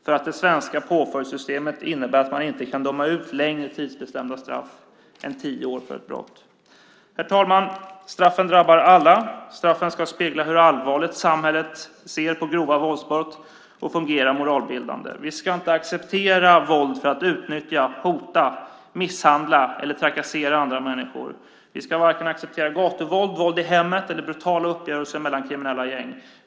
För att det svenska påföljdssystemet innebär att man inte kan döma ut längre tidsbestämda straff än tio år för ett brott. Fru talman! Straffen drabbar alla. Straffen ska spegla hur allvarligt samhället ser på grova våldsbrott och fungera moralbildande. Vi ska inte acceptera våld för att utnyttja, hota, misshandla eller trakassera andra människor. Vi ska varken acceptera gatuvåld, våld i hemmet eller brutala uppgörelser mellan kriminella gäng.